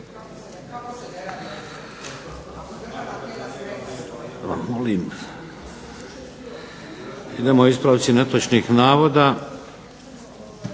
Idemo ispravci netočnih navoda,